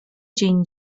dzień